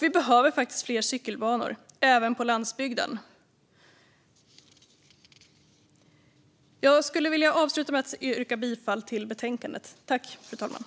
Vi behöver faktiskt fler cykelbanor, även på landsbygden. Jag skulle vilja avsluta med att yrka bifall till förslaget i betänkandet.